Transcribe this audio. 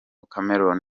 cameroun